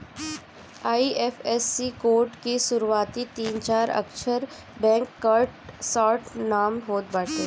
IFSC code के शुरूआती तीन अक्षर बैंक कअ शार्ट नाम होत बाटे